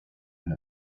and